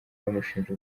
bamushinja